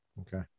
Okay